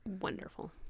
wonderful